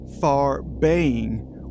far-baying